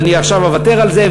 אז אני עכשיו אוותר על זה,